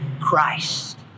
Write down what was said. Christ